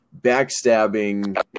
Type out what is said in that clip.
backstabbing